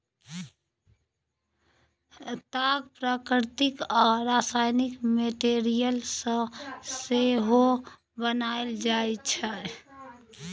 ताग प्राकृतिक आ रासायनिक मैटीरियल सँ सेहो बनाएल जाइ छै